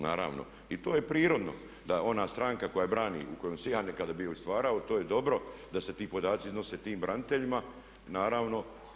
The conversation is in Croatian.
Naravno i to je prirodno da ona stranka koja brani koju sam i ja nekada bio i stvarao, to je dobro da se ti podaci iznose tim braniteljima, naravno.